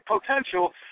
potential